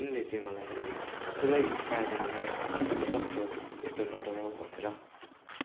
उनले चाहिँ मलाई पुरा इन्सपाइर गर्नु भयो कि तिमी सक्छौ यस्तो नडराऊ भनेर